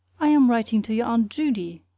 i am writing to your aunt judy,